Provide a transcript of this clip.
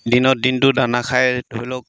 দিনত দিনটো দানা খাই ধৰি লওক